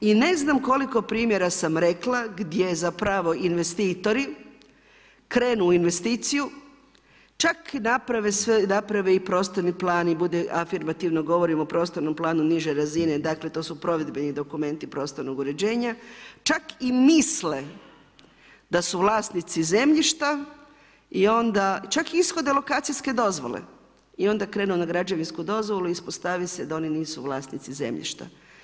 I ne znam koliko primjera sam rekla gdje zapravo investitori krenu u investiciju čak i naprave sve, naprave i prostorni plan, afirmativno govorim o prostornom planu niže razine, dakle to su provedbeni dokumenti prostornog uređenja lak i misle da su vlasnici zemljišta, čak i ishode lokacijske dozvole i onda krenu na građevinsku dozvolu i ispostavi se da oni nisu vlasnici zemljišta.